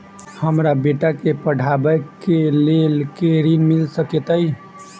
हमरा बेटा केँ पढ़ाबै केँ लेल केँ ऋण मिल सकैत अई?